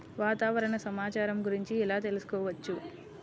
వాతావరణ సమాచారం గురించి ఎలా తెలుసుకోవచ్చు?